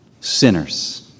sinners